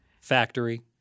factory